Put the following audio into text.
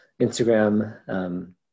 Instagram